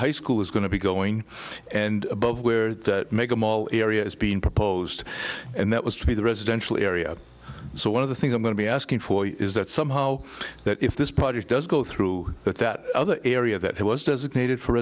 high school is going to be going and above where that make a mall area is being proposed and that was to be the residential area so one of the things i'm going to be asking for is that somehow that if this project does go through that that other area that it was designated for